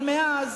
אבל מאז,